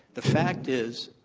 the fact is,